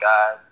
God